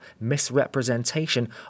misrepresentation